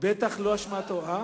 בטח לא אשמתו.